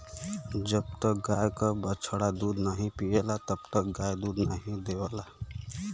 जब तक गाय क बछड़ा दूध नाहीं पियला तब तक गाय दूध नाहीं देवला